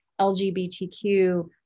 LGBTQ